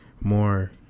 more